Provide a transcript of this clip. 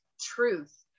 truth